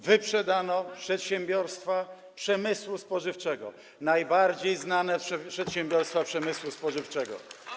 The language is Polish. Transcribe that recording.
Wyprzedano przedsiębiorstwa przemysłu spożywczego, najbardziej znane przedsiębiorstwa przemysłu spożywczego.